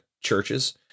churches